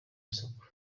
isoko